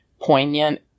poignant